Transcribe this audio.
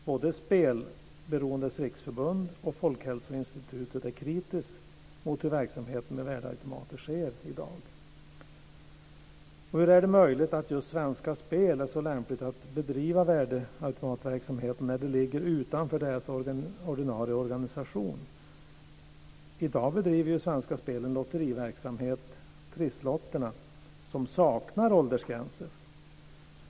Både Spelberoendes Riksförbund och Folkhälsoinstitutet är kritiska mot hur verksamheten med värdeautomater sker i dag. Hur är det möjligt att just Svenska Spel är så lämpligt att bedriva värdeautomatverksamhet, när det ligger utanför dess ordinarie organisation? I dag bedriver ju Svenska Spel en lotteriverksamhet, trisslotterna, som saknar åldersgränser.